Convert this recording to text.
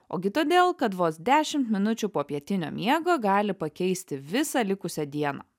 ogi todėl kad vos dešimt minučių po pietinio miego gali pakeisti visą likusią dieną